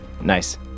Nice